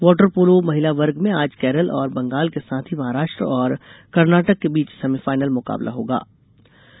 water polo महिला वर्ग में आज केरल और बंगाल के साथ ही महाराष्ट और कर्नाटक के बीच सेमिफायनल मुकाबल होंगे